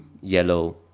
yellow